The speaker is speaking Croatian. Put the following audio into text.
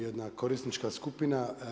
Jedna korisnička skupina.